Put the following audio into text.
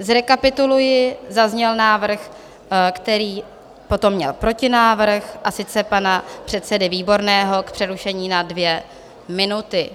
Zrekapituluji, zazněl návrh, který potom měl protinávrh, a sice pana předsedy Výborného k přerušení na dvě minuty.